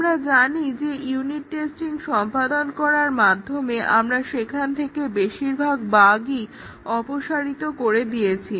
আমরা জানি যে ইউনিট টেস্টিং সম্পাদন করার মাধ্যমে আমরা সেখান থেকে বেশিরভাগ বাগই অপসারিত করে দিয়েছি